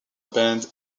bands